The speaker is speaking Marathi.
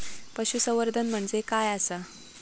पशुसंवर्धन म्हणजे काय आसा?